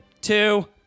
two